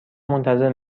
منتظر